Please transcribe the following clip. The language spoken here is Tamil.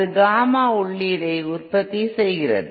அது காமா உள்ளீடை உற்பத்தி செய்கிறது